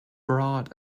broad